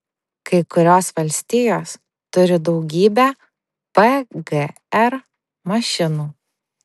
kai kurios valstijos turi daugybę pgr mašinų